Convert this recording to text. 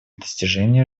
достижения